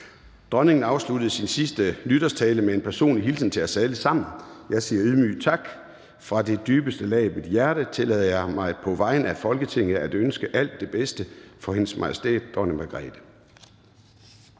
Dronningen afsluttede sin sidste nytårstale med en personlig hilsen til os alle sammen. Jeg siger ydmygt tak. Fra det dybeste lag af mit hjerte tillader jeg mig på vegne af Folketinget at ønske alt det bedste for Hendes Majestæt Dronning Margrethe.